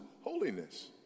holiness